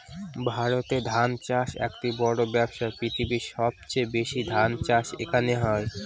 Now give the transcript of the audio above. ভারতে ধান চাষ একটি বড়ো ব্যবসা, পৃথিবীর সবচেয়ে বেশি ধান চাষ এখানে হয়